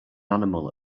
animal